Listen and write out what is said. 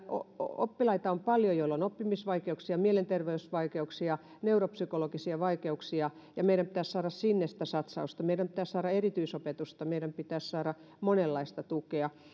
on paljon oppilaita joilla on oppimisvaikeuksia mielenterveysvaikeuksia neuropsykologisia vaikeuksia ja meidän pitäisi saada sinne sitä satsausta meidän pitäisi saada erityisopetusta meidän pitäisi saada monenlaista tukea